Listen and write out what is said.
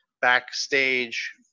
backstage